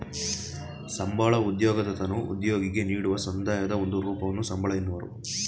ಸಂಬಳ ಉದ್ಯೋಗದತನು ಉದ್ಯೋಗಿಗೆ ನೀಡುವ ಸಂದಾಯದ ಒಂದು ರೂಪವನ್ನು ಸಂಬಳ ಎನ್ನುವರು